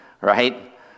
right